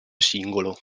singolo